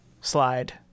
slide